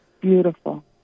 Beautiful